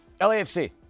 LAFC